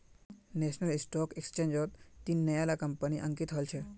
national stock एक्सचेंजट तीन नया ला कंपनि अंकित हल छ